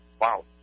wow